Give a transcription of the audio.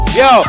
yo